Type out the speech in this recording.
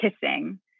kissing